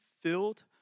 filled